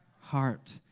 heart